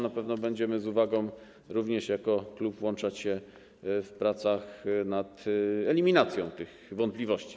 Na pewno będziemy z uwagą również jako klub włączać się w prace nad eliminacją tych wątpliwości.